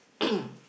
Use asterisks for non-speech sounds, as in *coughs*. *coughs*